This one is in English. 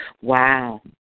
Wow